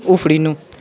उफ्रिनु